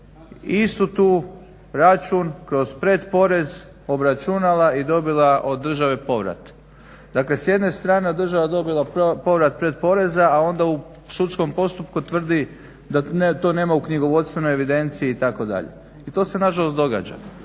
isto tu račun kroz pretporez obračunala i dobila od države povrat. Dakle, s jedne strane država dobila povrat pred poreza a onda u sudskom postupku tvrdi da to nema u knjigovodstvenoj evidenciji itd. I to se na žalost događa.